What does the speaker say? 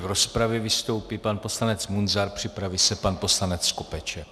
V rozpravě vystoupí pan poslanec Munzar, připraví se pan poslanec Skopeček.